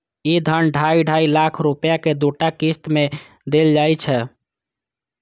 ई धन ढाइ ढाइ लाख रुपैया के दूटा किस्त मे देल जाइ छै